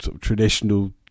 traditional